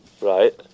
Right